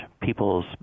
people's